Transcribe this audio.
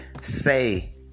say